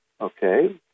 Okay